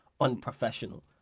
unprofessional